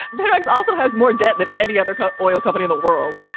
barrack's also has more debt than any other kind of oil company in the world.